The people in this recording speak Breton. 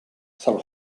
sal